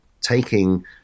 taking